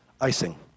icing